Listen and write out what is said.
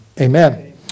amen